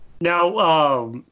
Now